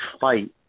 fight